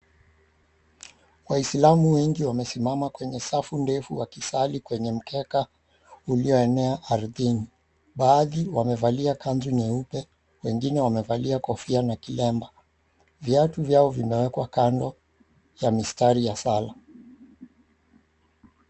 Waisilamu wengi wamesimama kwenye safu ndefu wakisali kwenye mkeka ulioenea ardhini. Baadhi wamevalia kanzu nyeupe, wengine wamevalia kofia na kilemba. Viatu vyao vimewekwa kando ya mistari ya sala.